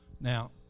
Now